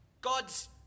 God's